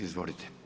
Izvolite.